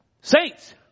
saints